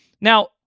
Now